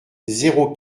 zéro